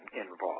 involved